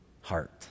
heart